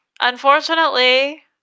unfortunately